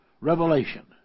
revelation